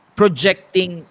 projecting